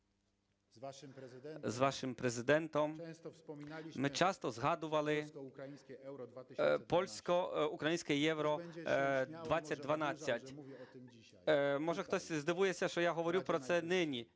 ми часто згадували польсько-українське Євро-2012. Може хтось здивується, що я говорю про це нині